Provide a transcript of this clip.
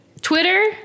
Twitter